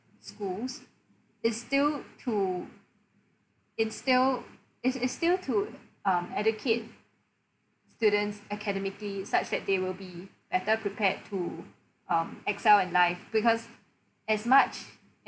schools is still to instill is is still to um educate students academically such that they will be better prepared to um excel in life because as much